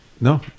No